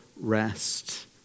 rest